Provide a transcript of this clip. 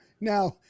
now